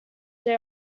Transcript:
they